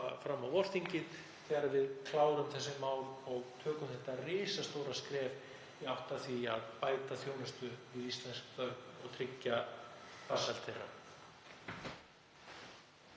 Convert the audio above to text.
fram á vorþingið og við klárum þessi mál og tökum risastórt skref í átt að því að bæta þjónustu við íslensk börn og tryggja farsæld þeirra.